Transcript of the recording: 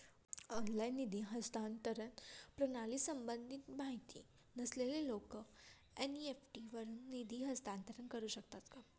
Online निधी हस्तांतरण प्रणालीसंबंधी माहिती नसलेले लोक एन.इ.एफ.टी वरून निधी हस्तांतरण करू शकतात का?